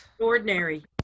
Ordinary